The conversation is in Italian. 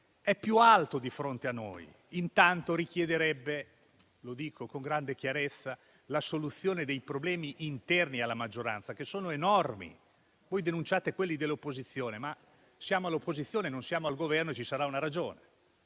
è più grande e alto e richiederebbe anzitutto - lo dico con grande chiarezza - la soluzione dei problemi interni alla maggioranza, che sono enormi. Voi denunciate quelli dell'opposizione, ma noi siamo all'opposizione, non al Governo, e ci sarà una ragione.